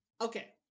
Okay